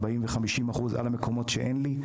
40% ו-50% על המקומות שאין לי.